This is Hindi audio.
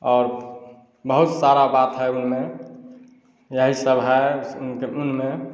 और बहुत सारी बात है उनमें यही सब है उनके उनमें